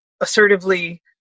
assertively